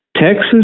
Texas